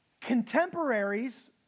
contemporaries